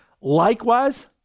Likewise